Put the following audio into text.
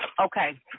Okay